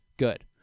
good